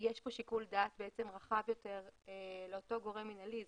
יש כאן שיקול דעת רחב יותר לאותו גורם מינהלי,